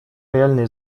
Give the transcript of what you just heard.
реальный